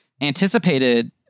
anticipated